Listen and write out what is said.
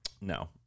no